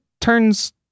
turns